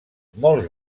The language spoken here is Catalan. molts